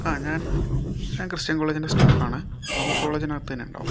ആ ഞാൻ ഞാൻ ക്രിസ്ത്യൻ കോളേജിൻ്റെ സ്റ്റാഫ് ആണേ അപ്പം കോളജിന് അകത്തു തന്നെ ഉണ്ടാകും